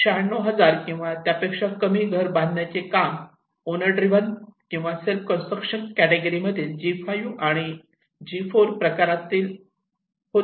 96000 किंवा त्यापेक्षा कमी घर बांधण्याचे काम ओनर ड्रिवन किंवा सेल्फ कन्स्ट्रक्शन कॅटेगिरी मधील G4 आणि G5 प्रकारातील होते